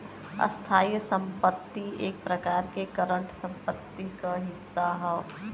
स्थायी संपत्ति एक प्रकार से करंट संपत्ति क ही हिस्सा हौ